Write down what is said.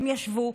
הם ישבו,